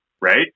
Right